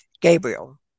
Gabriel